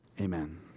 Amen